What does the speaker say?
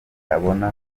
abona